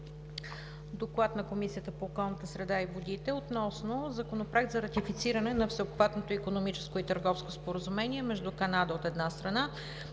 „ДОКЛАД на Комисията по околната среда и водите относно Законопроект за ратифициране на Всеобхватното икономическо и търговско споразумение между Канада, от една страна,